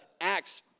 Acts